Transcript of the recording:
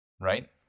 Right